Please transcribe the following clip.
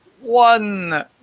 one